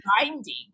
binding